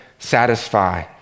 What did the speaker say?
satisfy